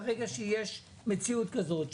ברגע שיש מציאות כזאת,